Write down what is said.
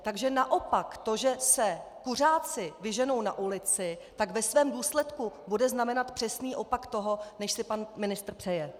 Takže naopak to, že se kuřáci vyženou na ulici, tak ve svém důsledku bude znamenat přesný opak toho, než si pan ministr přeje.